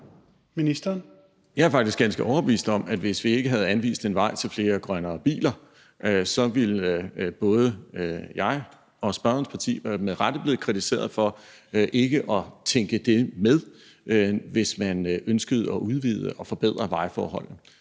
Jeg er faktisk ganske overbevist om, at hvis vi ikke havde anvist en vej til flere grønnere biler, så ville både jeg og spørgerens parti med rette være blevet kritiseret for ikke at tænke det med, hvis man ønskede at udvide og forbedre vejforholdene.